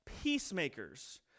peacemakers